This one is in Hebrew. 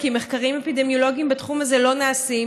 כי מחקרים אפידמיולוגיים בתחום הזה לא נעשו.